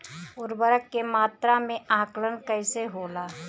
उर्वरक के मात्रा में आकलन कईसे होला?